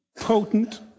potent